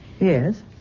Yes